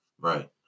Right